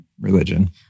religion